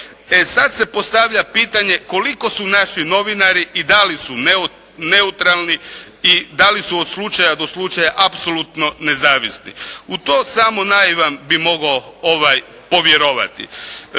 sad se postavlja pitanje koliko su naši novinari i da li su neutralni i da li su od slučaja do slučaja apsolutno nezavisni? U to samo naivan bi mogao povjerovati.